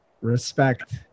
Respect